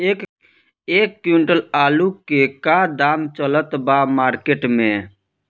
एक क्विंटल आलू के का दाम चलत बा मार्केट मे?